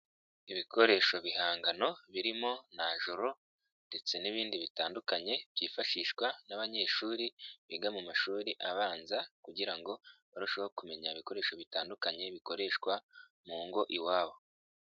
Ibikoresho bihangano birimo najoro ndetse n'ibindi bitandukanye byifashishwa n'abanyeshuri biga mu mashuri abanza kugira ngo barusheho kumenya ibikoresho bitandukanye bikoreshwa mu ngo iwabo.